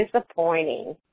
disappointing